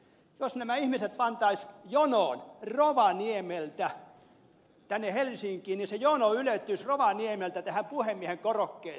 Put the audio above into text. jos nämä ihmiset pantaisiin jonoon rovaniemeltä tänne helsinkiin niin se jono ylettyisi rovaniemeltä tähän puhemiehen korokkeeseen saakka